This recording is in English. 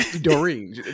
Doreen